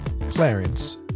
Clarence